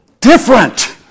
different